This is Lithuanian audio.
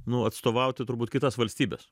nu atstovauti turbūt kitas valstybes